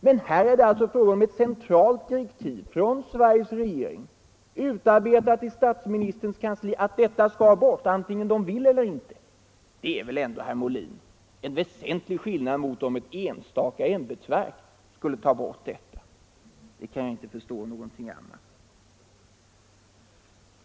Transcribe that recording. Men här är det fråga om ett centralt direktiv från Sveriges regering, utarbetat i statsministerns kansli, att denna beteckning skall bort, antingen man vill eller inte. Detta är väl ändå, herr Molin, en väsentlig skillnad mot om ett enstaka ämbetsverk skulle ta bort beteckningen? Jag kan inte förstå annat.